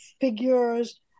figures